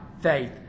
faith